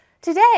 Today